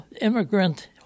immigrant